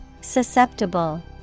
Susceptible